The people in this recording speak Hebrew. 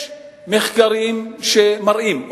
יש מחקרים שמראים,